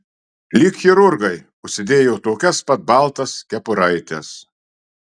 lyg chirurgai užsidėjo tokias pat baltas kepuraites